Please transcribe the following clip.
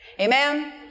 amen